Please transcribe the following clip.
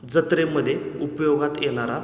जत्रेमध्ये उपयोगात येणारा